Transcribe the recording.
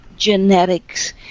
Genetics